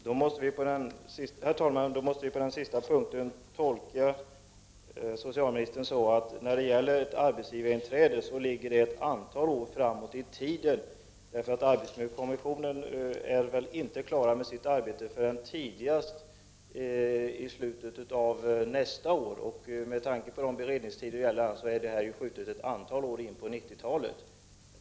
Herr talman! På den sista punkten måste man tolka socialministern på det sättet att införande av arbetsgivarinträde ligger ett antal år framåt i tiden. Arbetsmiljökommissionen är väl inte klar med sitt arbete förrän tidigast nästa år. Med tanke på de beredningstider som krävs kommer förändringar inte att kunna genomföras förrän ett antal år in på 90-talet.